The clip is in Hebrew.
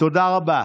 תודה רבה.